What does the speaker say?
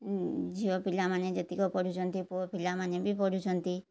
ଝିଅ ପିଲାମାନେ ଯେତିକ ପଢ଼ୁଛନ୍ତି ପୁଅ ପିଲାମାନେ ବି ପଢ଼ୁଛନ୍ତି